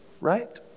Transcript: right